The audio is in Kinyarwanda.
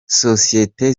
sosiyete